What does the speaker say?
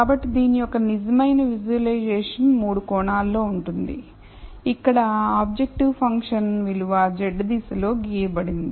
కాబట్టి దీని యొక్క నిజమైన విజువలైజేషన్ 3 కోణాలలో ఉంటుంది ఇక్కడ ఆబ్జెక్టివ్ ఫంక్షన్ విలువ z దిశలో గీయబడింది